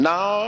Now